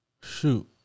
Shoot